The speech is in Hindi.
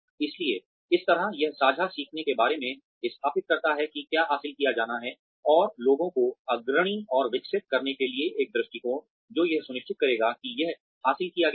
इसलिए इस तरह यह साझा सीखने के बारे में स्थापित करता है कि क्या हासिल किया जाना है और लोगों को अग्रणी और विकसित करने के लिए एक दृष्टिकोण जो यह सुनिश्चित करेगा कि यह हासिल किया गया है